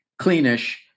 Cleanish